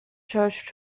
church